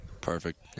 Perfect